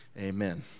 amen